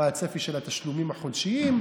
מה הצפי של התשלומים החודשיים,